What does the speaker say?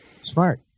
Smart